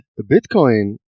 Bitcoin